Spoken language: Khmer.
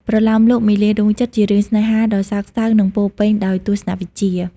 ប្រលោមលោក មាលាដួងចិត្ត ជារឿងស្នេហាដ៏សោកសៅនិងពោរពេញដោយទស្សនវិជ្ជា។